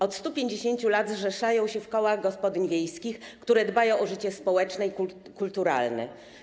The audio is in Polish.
Od 150 lat zrzeszają się w kołach gospodyń wiejskich, które dbają o życie społeczne i kulturalne.